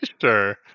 sure